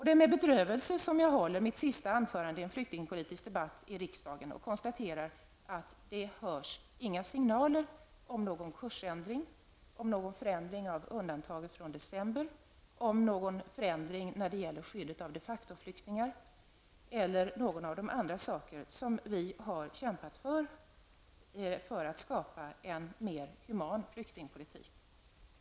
Det är med bedrövelse som jag håller mitt sista anförande i en flyktingpolitisk debatt i riksdagen och konstaterar att det inte hörs några signaler om någon kursändring, om någon förändring av undantaget från december, om någon förändring när det gäller skyddet av de facto-flyktingar eller någon av de andra saker som vi har kämpat för, för att skapa en mer human flyktingpolitik.